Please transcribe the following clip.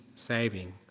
saving